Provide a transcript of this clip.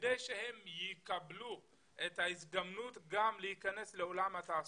כדי שהם יקבלו את ההזדמנות להיכנס לעולם התעסוקה,